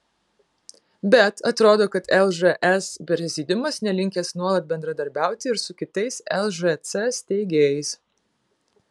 bet atrodo kad lžs prezidiumas nelinkęs nuolat bendradarbiauti ir su kitais lžc steigėjais